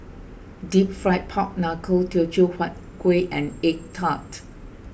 Deep Fried Pork Knuckle Teochew Huat Kueh and Egg Tart